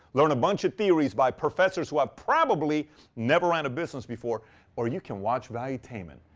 learn a bunch of theories by professors who have probably never ran a business before or you can watch valuetainment,